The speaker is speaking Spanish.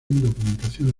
documentación